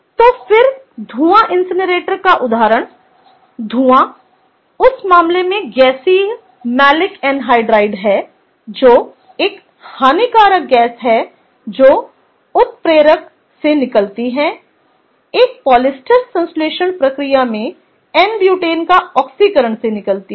तो फिर धूआं इनसिनरेटर का उदाहरण धूआं उस मामले में गैसीय मैलिक एनहाइड्राइड है जो एक हानिकारक गैस है जो उत्प्रेरक से निकलती है एक पॉलिएस्टर संश्लेषण प्रक्रिया में एन ब्यूटेन का ऑक्सीकरण से निकलती है